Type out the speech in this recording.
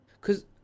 cause